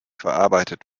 verarbeitet